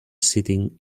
sitting